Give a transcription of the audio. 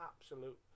absolute